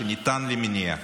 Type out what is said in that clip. והוא ניתן למניעה.